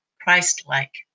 Christ-like